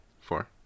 Four